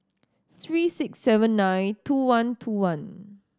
three six seven nine two one two one